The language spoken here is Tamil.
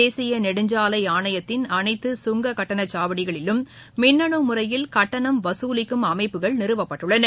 தேசிய நெடுஞ்சாலை ஆணையத்தின் அனைத்து சுங்கக்கட்டண சாவடிகளிலும் மின்னனு முறையில் கட்டணம் வசூலிக்கும் அமைப்புகள் நிறுவப்பட்டுள்ளன